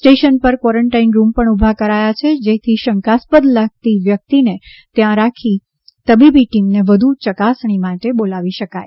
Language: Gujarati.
સ્ટેશન ઉપર ક્વોરન્ટાઇન રૂમ પણ ઊભા કરાયા છે જેથી શંકાસ્પદ લગતી વ્યક્તિને ત્યાં રાખી તબીબી ટીમને વધુ ચકાસણી માટે બોલાવી શકાય